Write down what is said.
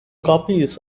copies